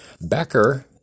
Becker